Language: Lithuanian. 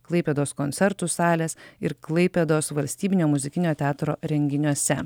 klaipėdos koncertų salės ir klaipėdos valstybinio muzikinio teatro renginiuose